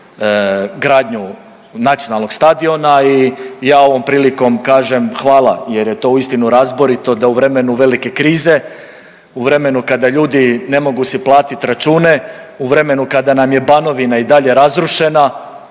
gradnju nacionalnog stadiona i ja ovom prilikom kažem hvala jer je to uistinu razborito da u vremenu velike krize, u vremenu kada ljudi ne mogu si platiti račune, u vrijeme kada nam je Banovina i dalje razrušena